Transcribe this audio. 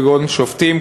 כגון שופטים,